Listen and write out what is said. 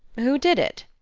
who did it?